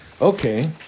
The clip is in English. Okay